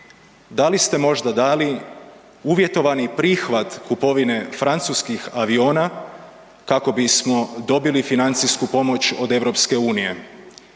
Da li ste možda dali uvjetovani prihvat kupovine francuskih aviona kako bismo dobili financijsku pomoć od EU?